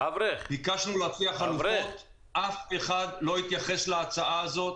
ביקשנו להציע חלופות אף אחד לא התייחס להצעה הזאת.